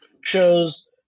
shows